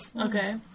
Okay